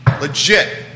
Legit